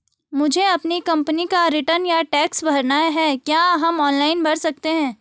मुझे अपनी कंपनी का रिटर्न या टैक्स भरना है क्या हम ऑनलाइन भर सकते हैं?